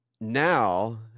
now